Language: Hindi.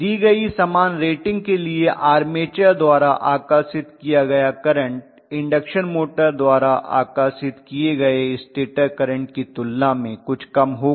दी गई समान रेटिंग के लिए आर्मेचर द्वारा आकर्षित किया गया करंट इंडक्शन मोटर द्वारा आकर्षित किए गए स्टेटर करंट की तुलना में कुछ कम होगा